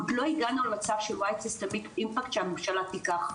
עוד לא הגענו למצב של White System Impact שהממשלה תיקח,